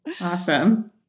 Awesome